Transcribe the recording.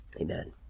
Amen